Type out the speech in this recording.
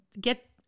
get